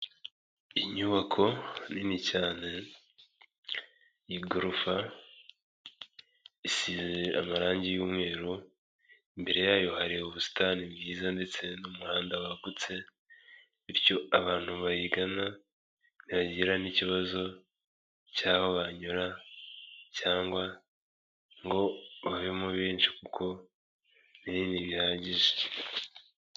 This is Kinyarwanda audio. Inyubako nini cyane igorofa isize amarangi y'umweru, imbere yayo hari ubusitani bwiza ndetse n'umuhanda wagutse bityo abantu bayigana ntibayigiraho n'ikibazo cy'aho banyura cyangwa ngo babemo benshi kuko ni nini bihagije.